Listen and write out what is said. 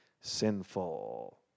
sinful